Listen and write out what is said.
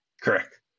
correct